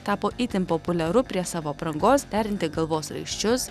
tapo itin populiaru prie savo aprangos derinti galvos raiščius